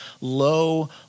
low